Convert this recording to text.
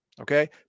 Okay